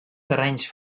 terrenys